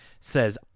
says